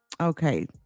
Okay